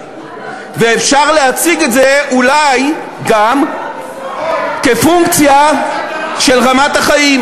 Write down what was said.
ואפשר להציג את זה אולי גם כפונקציה של רמת החיים.